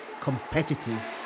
competitive